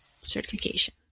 certification